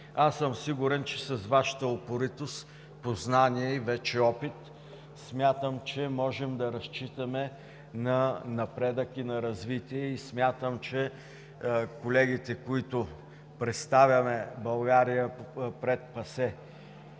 Аз съм сигурен, че с Вашата упоритост, познания, вече и опит, можем да разчитаме на напредък и развитие. Смятам, че колегите, които представяме България пред ПАСЕ,